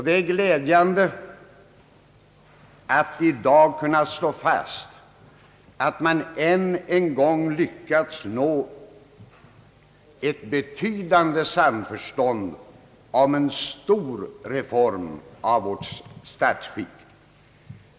Det är glädjande att i dag kunna slå fast att man än en gång lyckats nå ett betydande samförstånd om en stor reform av vårt statsskick.